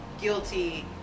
guilty